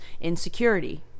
insecurity